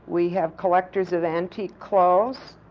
we have collectors of antique clothes,